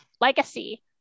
legacy